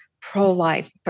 pro-life